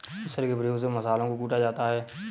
मुसल के प्रयोग से मसालों को कूटा जाता है